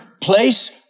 place